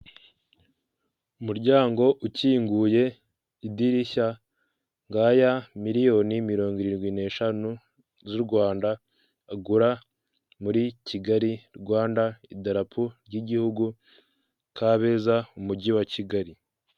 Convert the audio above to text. Umuryango ukinguye idirishya, ngaya miliyoni mirongo irindwi n'eshanu z'u Rwanda agura muri Kigali Rwanda idarapu ry'igihugu Kabeza umujyi wa Kigali.